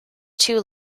too